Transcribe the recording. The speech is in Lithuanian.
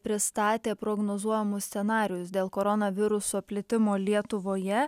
pristatė prognozuojamus scenarijus dėl koronaviruso plitimo lietuvoje